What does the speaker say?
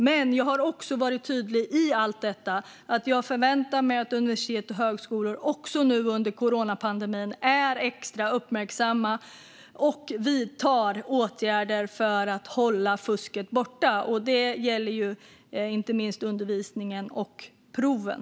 I allt detta har jag också varit tydlig med att jag förväntar mig att universitet och högskolor även nu under coronapandemin är extra uppmärksamma och vidtar åtgärder för att hålla fusket borta. Detta gäller inte minst undervisningen och proven.